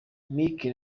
mike